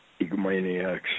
egomaniacs